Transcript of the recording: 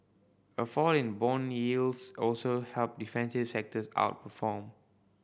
a fall in bond yields also helped defensive sectors outperform